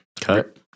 Cut